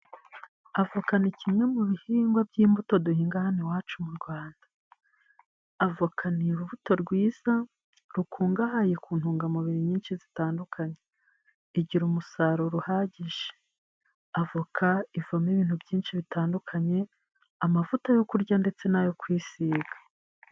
Avoka ni kimwe mu bihingwa by'imbuto duhinga hano iwacu mu Rwanda avoka ni urubuto rwiza rukungahaye ku ntungamubiri nyinshi zitandukanye igira umusaruro uhagije ,avoka ivamo ibintu byinshi bitandukanye amavuta yo kurya ndetse n'ayo kwisiga